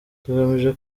tugamije